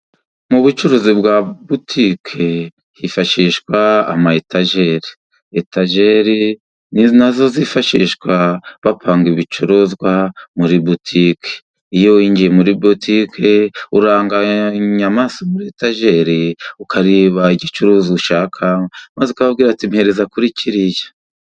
Mu bucuruzi bwa butike hifashishwa ama etajeri. Etajeri ni na zo zifashishwa bapanga ibicuruzwa muri butike. Iyo winjiye muri butike, uraranganya amaso muri etajeri ukareba igicuruzwa ushaka, maze ukababwira uti :"mpereza kuri kiriya".